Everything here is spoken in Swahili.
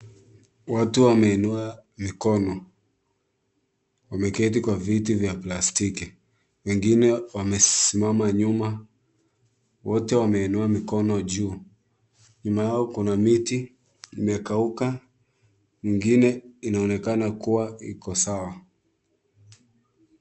Watu wameinua mikono. Wameketi kwa viti vya plastiki. Wengine wamesimama nyuma. Wote wameinua mikono juu. Nyuma yao kuna miti, imekauka, nyingine inaonekana kuwa iko sawa.